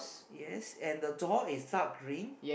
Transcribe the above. yes and the door is dark green